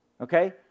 okay